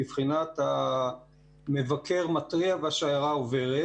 בבחינת המבקר מתריע והשיירה עוברת,